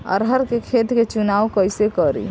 अरहर के खेत के चुनाव कईसे करी?